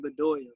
Bedoya